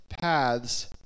paths